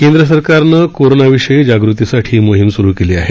केंद्रसरकारनं कोरोनाविषयी जागृतीसाठी मोहीम सुरु केली आहे